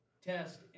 test